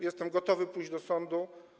Jestem gotowy pójść do sądu.